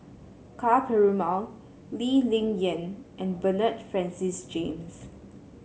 Ka Perumal Lee Ling Yen and Bernard Francis James